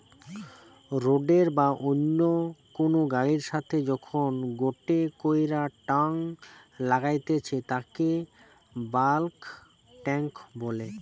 রোডের বা অন্য কুনু গাড়ির সাথে যখন গটে কইরা টাং লাগাইতেছে তাকে বাল্ক টেংক বলে